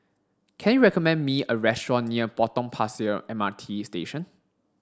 can you recommend me a restaurant near Potong Pasir M R T Station